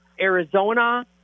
Arizona